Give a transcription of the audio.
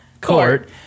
Court